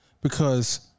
because-